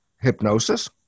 hypnosis